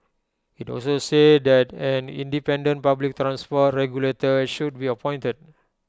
IT also said that an independent public transport regulator should be appointed